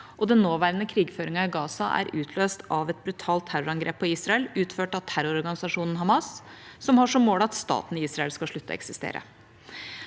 Den nåværende krigføringen i Gaza er utløst av et brutalt terrorangrep på Israel utført av terrororganisasjonen Hamas, som har som mål at staten Israel skal slutte å eksistere.»